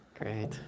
Great